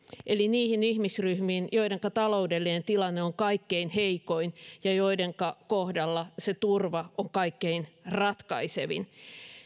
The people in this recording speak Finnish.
eli niihin ihmisryhmiin joidenka taloudellinen tilanne on kaikkein heikoin ja joidenka kohdalla se turva on kaikkein ratkaisevin